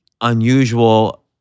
unusual